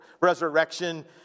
resurrection